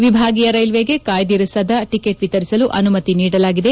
ವಿಭಾಗೀಯ ರೈಲ್ವೆಗೆ ಕಾಯ್ದಿರಿಸದ ಟಿಕೆಟ್ ವಿತರಿಸಲು ಅನುಮತಿ ನೀಡಲಾಗಿದೆ